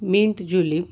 minute julep